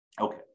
Okay